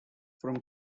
from